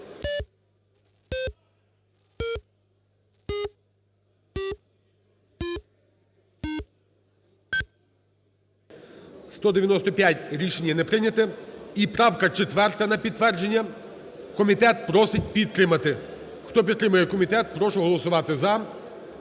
За-195 Рішення не прийнято. І правка 4 на підтвердження, комітет просить підтримати. Хто підтримує комітет, прошу голосувати "за".